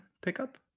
pickup